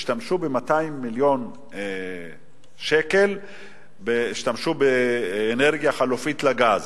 השתמשו ב-200 מיליון שקל באנרגיה חלופית לגז.